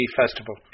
festival